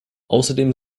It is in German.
außerdem